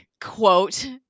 quote